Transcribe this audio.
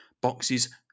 Boxes